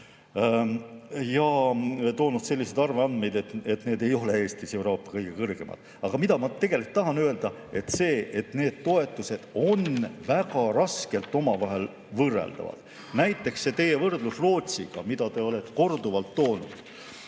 ja toonud selliseid arvandmeid, et need ei ole Eestis Euroopa kõige kõrgemad. Aga mida ma tegelikult tahan öelda, on see, et neid toetusi on väga raske omavahel võrrelda, näiteks võrdlus Rootsiga, mida te olete korduvalt toonud.